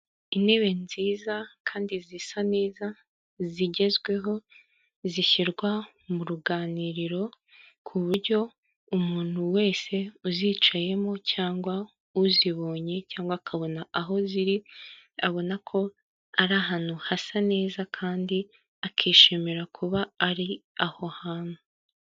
Intebe nziza kandi zisa neza, zigezweho, zishyirwa mu ruganiriro, ku buryo umuntu wese uzicayemo cyangwa uzibonye cyangwa akabona aho ziri, abona ko ari ahantu hasa neza, kandi akishimira kuba ari aho hantu.